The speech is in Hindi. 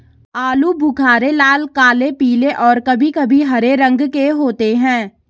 आलू बुख़ारे लाल, काले, पीले और कभी कभी हरे रंग के होते हैं